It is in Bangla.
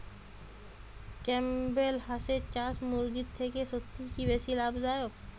ক্যাম্পবেল হাঁসের চাষ মুরগির থেকে সত্যিই কি বেশি লাভ দায়ক?